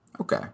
Okay